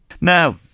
now